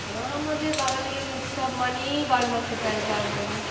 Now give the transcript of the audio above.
আমাদের বাঙালির উৎসব মানেই বারো মাসে তেরো পার্বণ